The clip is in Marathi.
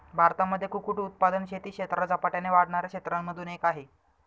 भारतामध्ये कुक्कुट उत्पादन शेती क्षेत्रात झपाट्याने वाढणाऱ्या क्षेत्रांमधून एक आहे